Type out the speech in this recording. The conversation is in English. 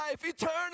eternal